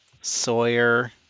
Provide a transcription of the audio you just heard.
Sawyer